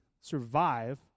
survive